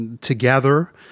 together